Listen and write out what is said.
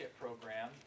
program